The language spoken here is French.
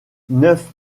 neuf